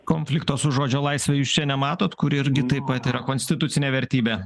konflikto su žodžio laisve jūs čia nematot kur irgi taip pat yra konstitucinė vertybė